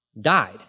Died